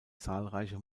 zahlreiche